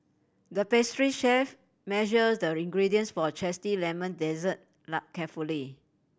the pastry chef measure the ingredients for a zesty lemon dessert carefully